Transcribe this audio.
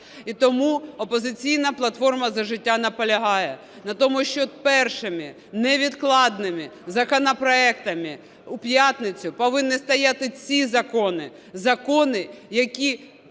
І тому "Опозиційна платформа – За життя" наполягає на тому, щоб першими, невідкладними законопроектами у п'ятницю повинні стояти ці закони -